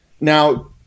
Now